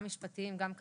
גם משפטיים וגם כלכליים.